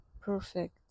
perfect